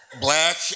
black